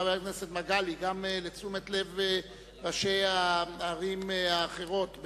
חבר הכנסת מגלי, גם לתשומת לב ראשי הערים האחרות: